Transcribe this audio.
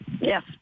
Yes